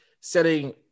setting